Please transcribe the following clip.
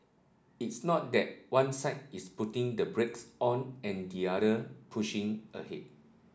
it's not that one side is putting the brakes on and the other pushing ahead